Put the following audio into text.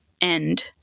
end